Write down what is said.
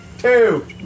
Two